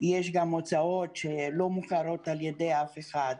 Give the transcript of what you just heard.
גם הוצאות שלא מוכרות על ידי אף אחד,